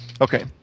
Okay